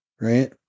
right